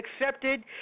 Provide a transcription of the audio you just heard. accepted